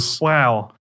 Wow